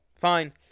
fine